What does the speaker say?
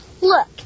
Look